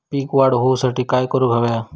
पीक वाढ होऊसाठी काय करूक हव्या?